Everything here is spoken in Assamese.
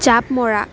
জাঁপ মৰা